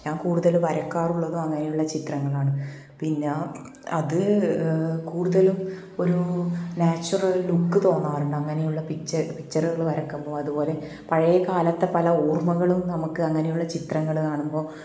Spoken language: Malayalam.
ഞാൻ കൂടുതലും വരയ്ക്കാറുള്ളതും അങ്ങനെയുള്ള ചിത്രങ്ങളാണ് പിന്നെ അത് കൂടുതലും ഒരു നാച്ചുറൽ ലുക്ക് തോന്നാറുണ്ട് അങ്ങനെയുള്ള പിക്ച്ചെ പിക്ച്ചറുകൾ വരയ്ക്കുമ്പോൾ അതുപോലെ പഴയ കാലത്തെ പല ഓർമകളും നമുക്ക് അങ്ങനെയുള്ള ചിത്രങ്ങൾ കാണുമ്പോൾ